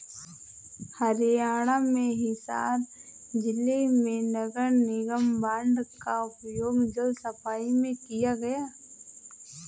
हरियाणा में हिसार जिले में नगर निगम बॉन्ड का उपयोग जल सफाई में किया गया